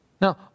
Now